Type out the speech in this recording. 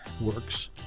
works